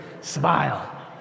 smile